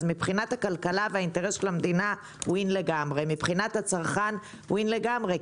אז מבחינת הכלכלה והאינטרס של המדינה win לגמרי,